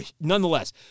nonetheless